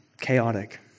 chaotic